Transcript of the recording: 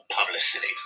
publicity